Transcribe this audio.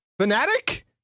fanatic